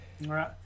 Right